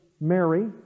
Mary